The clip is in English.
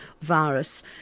virus